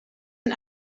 een